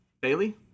Bailey